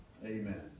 Amen